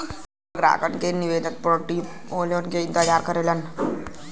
stockbroker ग्राहक के निवेश पोर्टफोलियो क इंतजाम करलन